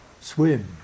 swim